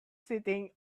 sitting